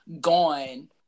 gone